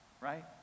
right